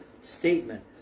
statement